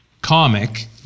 comic